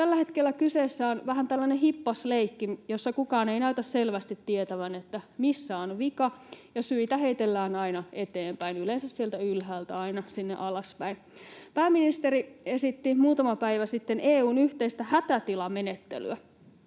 Tällä hetkellä kyseessä on vähän tällainen hippasleikki, jossa kukaan ei näytä selvästi tietävän, missä on vika, ja syitä heitellään aina eteenpäin, yleensä aina ylhäältä alaspäin. Pääministeri esitti muutama päivä sitten EU:n yhteistä hätätilamenettelyä